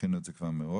תכינו את זה כבר מראש,